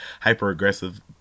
hyper-aggressive